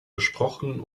besprochen